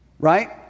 right